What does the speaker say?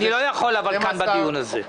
אי אפשר כאן בדיון הזה.